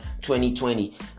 2020